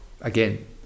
again